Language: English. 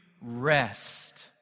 rest